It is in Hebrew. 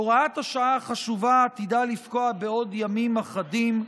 הוראת השעה החשובה עתידה לפקוע בעוד ימים אחדים,